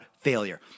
failure